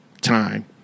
time